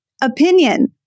opinion